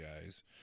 guys